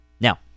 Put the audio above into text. Now